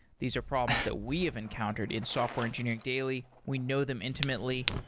these are problems that we have encountered in software engineering daily. we know them intimately,